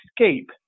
escape